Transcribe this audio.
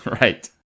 Right